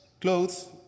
clothes